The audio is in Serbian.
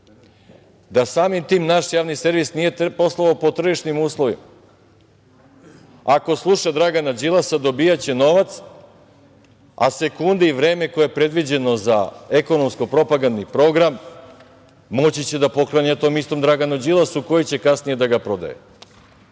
da, samim tim, naš javni servis nije poslovao po tržišnim uslovima. Ako sluša Dragana Đilasa dobijaće novac, a sekunde i vreme koje je predviđeno za EPP moći će da poklanja istom tom Draganu Đilasu, koji će kasnije da ga prodaje. Evo